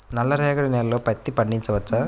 నల్ల రేగడి నేలలో పత్తి పండించవచ్చా?